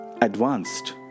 advanced